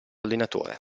allenatore